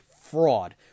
fraud